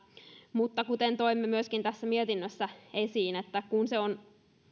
mutta kuten toimme myöskin tässä mietinnössä esiin niin kun se on